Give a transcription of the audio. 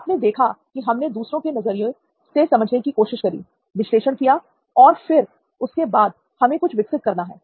आपने देखा की हमने दूसरों के नजरिए से समझने की कोशिश करी विश्लेषण किया और फिर उसके बाद हमें कुछ विकसित करना है